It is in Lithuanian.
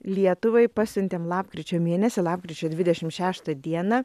lietuvai pasiuntėm lapkričio mėnesį lapkričio dvidešim šeštą dieną